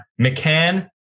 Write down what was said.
McCann